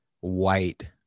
white